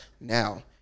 Now